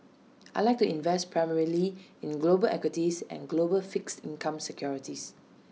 I Like to invest primarily in global equities and global fixed income securities